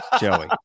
Joey